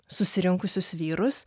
susirinkusius vyrus